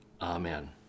Amen